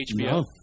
HBO